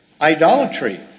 idolatry